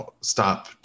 stop